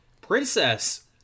Princess